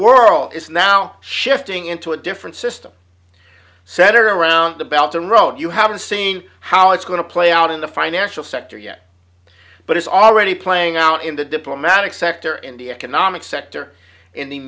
world is now shifting into a different system set around the belt a road you haven't seen how it's going to play out in the financial sector yet but it's already playing out in the diplomatic sector and the economic sector in the